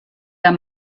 der